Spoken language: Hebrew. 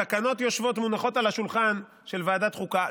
התקנות יושבות, מונחות על השולחן של ועדת חוקה.